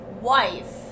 wife